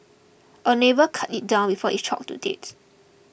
a neighbour cut it down before it choked to death